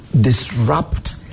disrupt